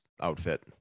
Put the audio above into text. outfit